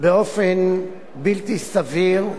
באופן בלתי סביר,